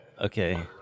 okay